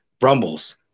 Rumbles